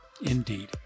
Indeed